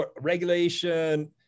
regulation